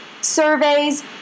surveys